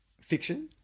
fiction